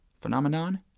Phenomenon